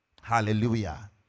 Hallelujah